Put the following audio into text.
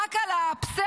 רק על הפסאודו-הישגים,